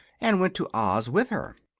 and went to oz with her.